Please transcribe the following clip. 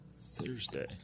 Thursday